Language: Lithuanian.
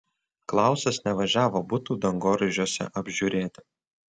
klausas nevažiavo butų dangoraižiuose apžiūrėti